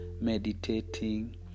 meditating